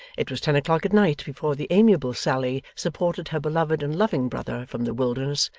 it was ten o'clock at night before the amiable sally supported her beloved and loving brother from the wilderness,